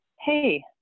hey